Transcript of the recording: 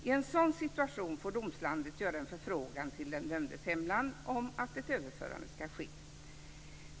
I en sådan situation får domslandet göra en förfrågan till den dömdes hemland om att ett överförande ska ske.